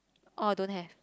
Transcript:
oh don't have